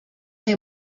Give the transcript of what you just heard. est